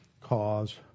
cause